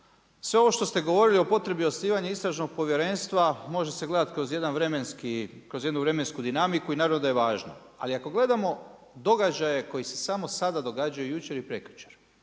sve ovo što ste govorili o potrebi osnivanja istražnog povjerenstva može se gledati kroz jedan vremenski, kroz jednu vremensku dinamiku i naravno da je važno. Ali ako gledamo događaje koji se samo sada događaju i jučer i prekjučer,